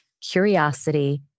curiosity